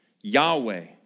Yahweh